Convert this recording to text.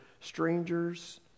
strangers